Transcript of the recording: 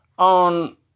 on